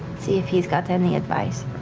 see if he's got any advice.